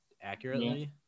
accurately